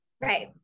right